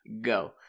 Go